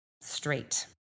straight